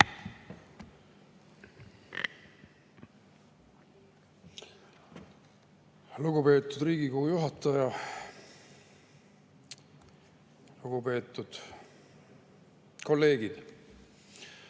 Lugupeetud Riigikogu juhataja! Lugupeetud kolleegid!